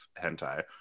hentai